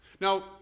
Now